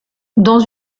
dans